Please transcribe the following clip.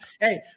Hey